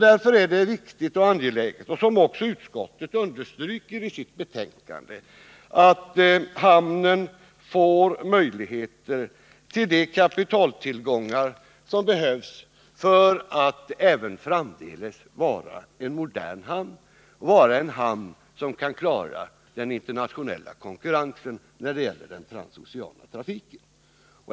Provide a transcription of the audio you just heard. Därför är det viktigt och angeläget, vilket också utskottet understryker i sitt betänkande, att hamnen får möjligheter att erhålla det kapital som behövs för att även framdeles vara en modern hamn, en hamn som kan klara den internationella konkurrensen när det gäller den transoceana trafiken.